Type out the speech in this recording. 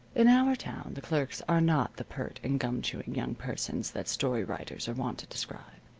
in our town the clerks are not the pert and gum-chewing young persons that story-writers are wont to describe.